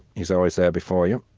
he's always there before you.